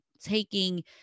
taking